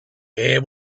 air